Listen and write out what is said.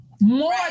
more